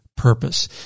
purpose